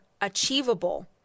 achievable